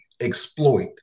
exploit